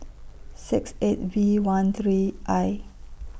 six eight V one three I